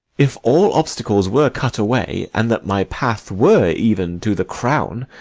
if all obstacles were cut away, and that my path were even to the crown,